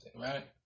right